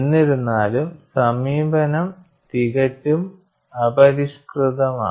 എന്നിരുന്നാലും സമീപനം തികച്ചും അപരിഷ്കൃതമാണ്